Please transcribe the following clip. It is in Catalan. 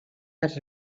les